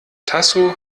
tasso